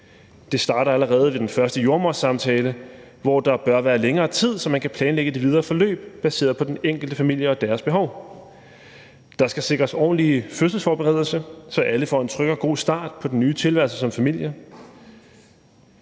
Det starter allerede ved den første jordemodersamtale, hvor der bør være længere tid, så man kan planlægge det videre forløb baseret på den enkelte familie og deres behov. Der skal sikres ordentlig fødselsforberedelse, så alle får en tryg og god start på den nye tilværelse som familie.